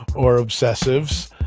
or obsessives.